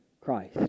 Christ